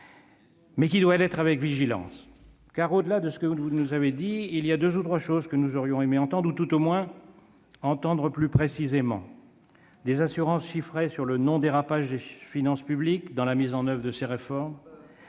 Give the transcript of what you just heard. doit être vigilante, car, au-delà de ce que vous avez dit, il y a deux ou trois choses que nous aurions aimé entendre, tout au moins plus précisément : des assurances chiffrées sur le non-dérapage des finances publiques dans la mise en oeuvre de ces réformes